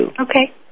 Okay